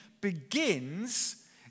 begins